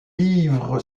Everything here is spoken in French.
livre